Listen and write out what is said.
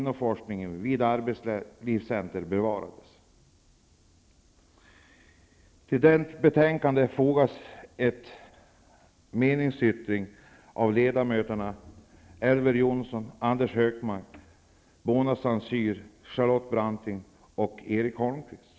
Branting och Erik Holmkvist.